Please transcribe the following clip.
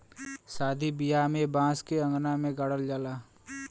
सादी बियाह में बांस के अंगना में गाड़ल जाला